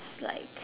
is like